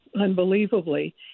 unbelievably